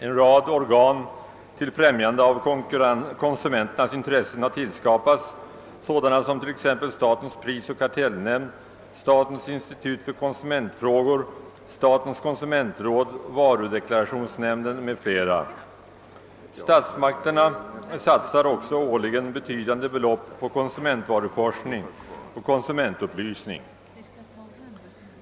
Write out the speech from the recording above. En rad organ för främjande av konsumenternas intressen har tillskapats såsom t.ex. statens prisoch kartellnämnd, statens institut för konsumentfrågor, statens konsumentråd, varudeklarationsnämnden om.fl. Statsmakterna satsar också årligen betydande belopp på konsumentvaruforskning och konsumentupplysning.